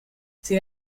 sin